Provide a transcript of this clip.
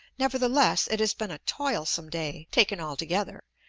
nevertheless, it has been a toilsome day, taken altogether,